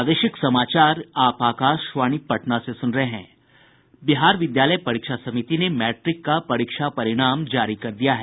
बिहार विद्यालय परीक्षा समिति ने मैट्रिक का परीक्षा परिणाम जारी कर दिया है